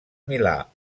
milà